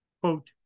Quote